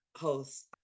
host